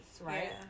right